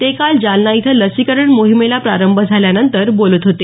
ते काल जालना इथं लसीकरण मोहिमेला प्रारंभ झाल्यानंतर बोलत होते